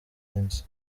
munsi